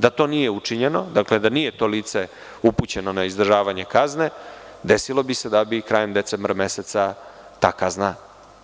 Da to nije učinjeno, da to lice nije upućeno na izdržavanje kazne, desilo bi se da bi krajem decembra meseca ta kazna